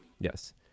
Yes